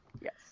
Yes